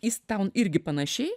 jis ten irgi panašiai